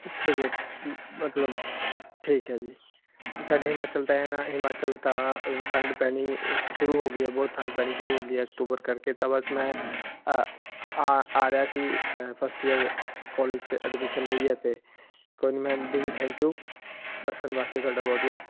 ਮਤਲਬ ਠੀਕ ਐ ਜੀ ਸਾਡੇ ਹਿਮਾਚਲ ਤੈ ਹਿਮਾਚਲ ਦਾ ਠੰਡ ਪੈਣੀ ਸ਼ੁਰੂ ਹੋ ਗਈ ਬਹੁਤ ਠੰਡ ਪੈਣੀ ਸ਼ੁਰੂ ਹੋ ਗਈ ਅਕਤੂਬਰ ਕਰਕੇ ਤਾਂ ਬਸ ਮੈਂ ਆਰਿਆ ਸੀ ਫਸਟ ਈਅਰ ਕਾਲਜ ਐਡਮਿਸ਼ਨ ਲਈ ਐ ਤੇ ਕੋਈ ਮੈਮ ਥੈਂਕਯੂ ਦੱਸਣ ਵਾਸਤੇ ਤੁਹਾਡਾ ਬਹੁਤ ਬਹੁਤ